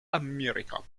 america